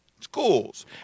schools